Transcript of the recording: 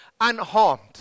unharmed